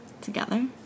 together